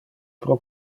pro